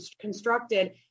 constructed